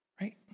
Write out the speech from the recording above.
Right